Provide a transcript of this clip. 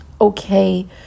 okay